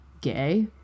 gay